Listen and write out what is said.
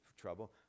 trouble